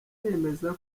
nemeza